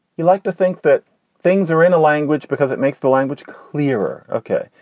you'd like to think that things are in a language because it makes the language clearer, ok.